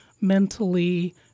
mentally